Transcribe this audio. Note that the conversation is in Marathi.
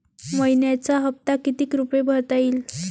मइन्याचा हप्ता कितीक रुपये भरता येईल?